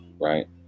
right